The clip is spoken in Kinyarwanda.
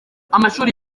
amashuri